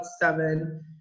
seven